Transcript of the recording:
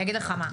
אני אגיד לך מה,